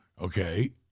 Okay